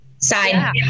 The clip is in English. side